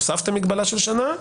הוספתם מגבלה של שנה,